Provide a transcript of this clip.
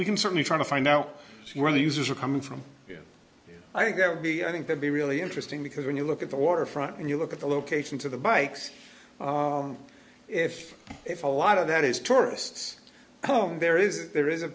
we can certainly try to find out where the users are coming from yeah i think that would be i think to be really interesting because when you look at the waterfront and you look at the location to the bikes if if a lot of that is tourists home there is there is